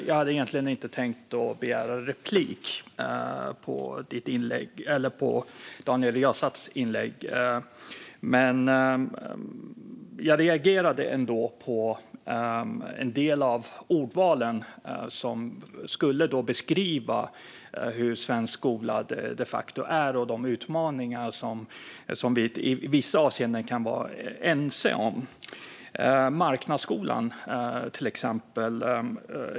Jag hade egentligen inte tänkt att begära replik på Daniel Riazats inlägg, men jag reagerade ändå på hans ordval för att beskriva hur svensk skola är och de utmaningar som vi i vissa avseenden kan vara ense om. Vi har exemplet marknadsskolan.